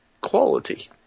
quality